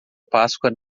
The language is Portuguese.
páscoa